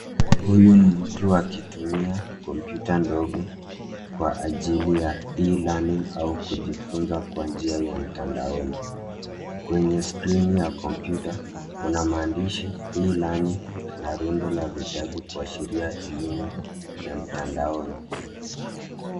Huyu ni mtu akitumia kompyuta ndogo kwa ajili ya e-learning au kujifunza kwa njia ya mtandaoni. Kwenye skrini ya kompyuta kuna maandishi e-learning na rundo la vitabu kuashiria elimu ya mtandaoni.